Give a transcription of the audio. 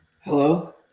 hello